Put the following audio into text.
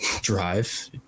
drive